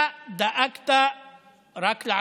אתה דאגת רק לעצמך.